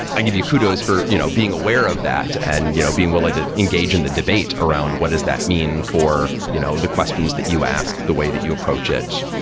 i give you kudos for you know being aware of that and you know being willing to engage in the debate around what is that mean for you know the questions that you asked the way that you approach it.